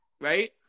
right